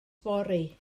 fory